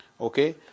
Okay